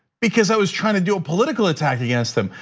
because i was trying to do a political attack against him,